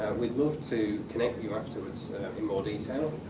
we'd love to connect you afterwards, in more detail,